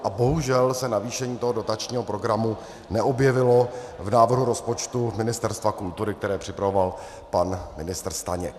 A bohužel se navýšení toho dotačního programu neobjevilo v návrhu rozpočtu Ministerstva kultury, který připravoval pan ministr Staněk.